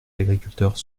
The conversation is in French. agriculteurs